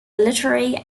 literary